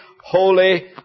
holy